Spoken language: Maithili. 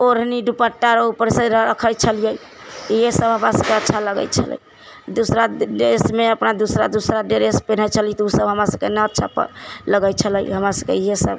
ओढ़नी दुपट्टा ऊपर से रखै छलिऐ इहे सब हमरा सबकेँ अच्छा लगै छलै दूसरा ड्रेसमे अपना दूसरा दूसरा ड्रेस पेन्हइ छलिऐ तऽ ओ सब हमरा सबकेँ न अच्छा लगै छलै हँ हमरा सबकेँ इहे सब